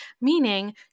meaning